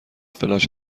فلاش